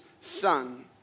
son